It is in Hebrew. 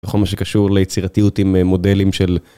בכל מה שקשור ליצירתיות עם מודלים של